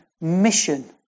mission